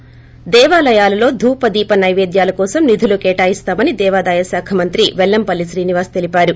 ి దేవాలయాలలో ధూపదీప నైపేద్యాల కోసం నిధులు కేటాయిస్తామని దేవాదాయశాఖ మంత్రి పెల్లంపల్లి శ్రీనివాస్ తెలిపారు